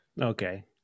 Okay